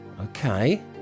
Okay